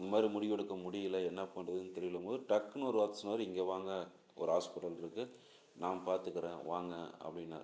இது மாதிரி முடிவெடுக்க முடியல என்ன பண்ணுறதுன்னு தெரியலங்கும்போது டக்குன்னு ஒரு வார்த்தை சொன்னார் இங்கே வாங்க ஒரு ஹாஸ்பிட்டல் இருக்குது நான் பார்த்துக்குறேன் வாங்க அப்படின்னாரு